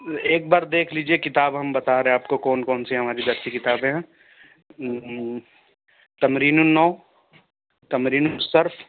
ایک بار دیکھ لیجیے کتاب ہم بتا رہے ہیں آپ کو کون کون سی ہماری درسی کتابیں ہیں تمرین نَو تمرین صَرف